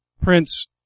Prince